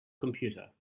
computer